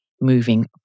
moving